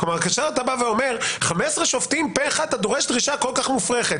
כאשר אתה אומר 15 שופטים פה אחד אתה דורש דרישה כל כך מופרכת.